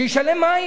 שישלם מים,